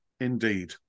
Indeed